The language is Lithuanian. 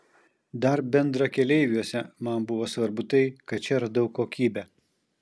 dar bendrakeleiviuose man buvo svarbu tai kad čia radau kokybę